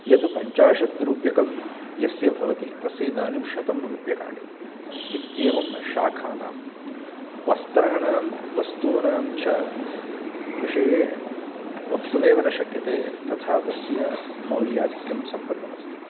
यत् पञ्चाशत् रूप्यकं यस्य भवति तस्य इदानीं शतं रूप्यकाणि इत्येवं शाखानां वस्त्राणां वस्तूनां च विषये वक्तुमेव न शक्यते तथा तस्य मौल्याधिक्यं सम्पन्नमस्ति